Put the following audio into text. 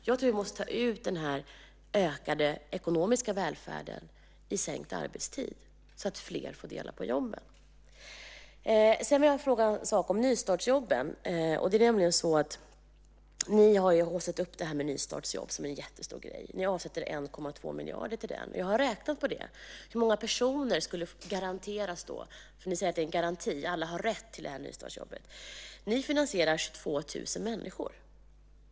Jag tror att vi måste ta ut den här ökade ekonomiska välfärden i sänkt arbetstid så att fler får dela på jobben. Sedan vill jag fråga en sak om nystartsjobben. Ni har ju haussat upp det här med nystartsjobb som en jättestor grej. Ni avsätter 1,2 miljarder till det. Jag har räknat på hur många personer som skulle garanteras jobb. Ni säger ju att det är en garanti och att alla har rätt till ett nystartsjobb. Ni finansierar jobb för 22 000 människor.